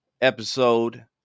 episode